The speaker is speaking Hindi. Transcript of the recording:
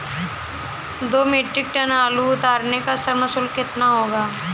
दो मीट्रिक टन आलू उतारने का श्रम शुल्क कितना होगा?